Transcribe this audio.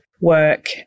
work